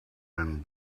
been